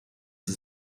sie